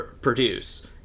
produce